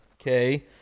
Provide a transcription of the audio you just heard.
Okay